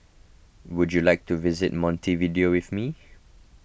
would you like to visit Montevideo with me